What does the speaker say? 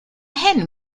hen